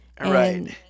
Right